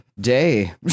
day